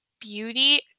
beauty